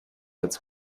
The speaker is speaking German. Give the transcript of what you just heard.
als